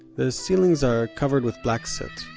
the ceilings are covered with black soot.